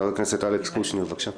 חבר הכנסת אלכס קושניר, בבקשה.